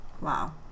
Wow